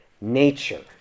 nature